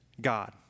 God